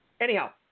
Anyhow